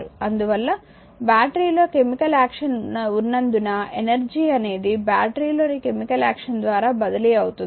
అందువల్ల బ్యాటరీలో chemical action ఉన్నందున ఎనర్జీ అనేది బ్యాటరీలోని కెమికల్ యాక్షన్ ద్వారా బదిలీ అవుతుంది